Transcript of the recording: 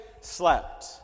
slept